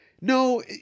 no